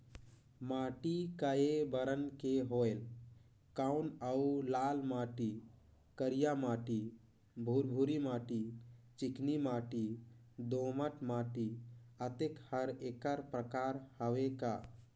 माटी कये बरन के होयल कौन अउ लाल माटी, करिया माटी, भुरभुरी माटी, चिकनी माटी, दोमट माटी, अतेक हर एकर प्रकार हवे का?